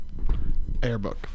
Airbook